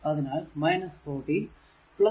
അതിനാൽ 40 v 1 v 2 0